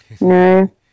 No